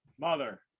mother